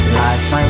life